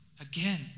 again